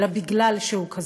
אלא בגלל שהוא כזה.